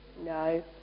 No